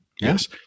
Yes